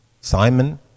Simon